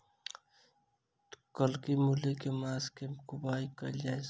कत्की मूली केँ के मास मे बोवाई कैल जाएँ छैय?